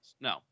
No